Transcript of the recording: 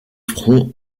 fronts